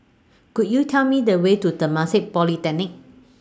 Could YOU Tell Me The Way to Temasek Polytechnic